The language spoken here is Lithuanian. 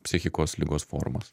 psichikos ligos formas